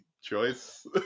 choice